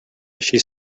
així